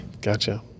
Gotcha